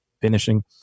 finishing